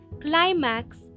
climax